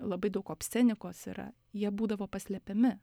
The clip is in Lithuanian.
labai daug obscenikos yra jie būdavo paslepiami